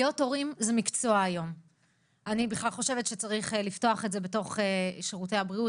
אני מתכבדת לפתוח את ישיבת ועדת הבריאות